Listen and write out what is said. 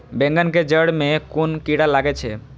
बेंगन के जेड़ में कुन कीरा लागे छै?